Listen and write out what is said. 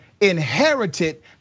inherited